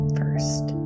first